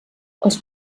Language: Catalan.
els